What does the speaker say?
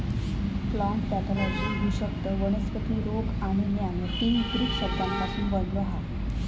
plant pathology ह्यो शब्द वनस्पती रोग आणि ज्ञान या तीन ग्रीक शब्दांपासून बनलो हा